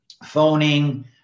phoning